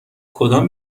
کدام